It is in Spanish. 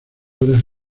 horas